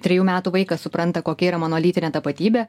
trejų metų vaikas supranta kokia yra mano lytinė tapatybė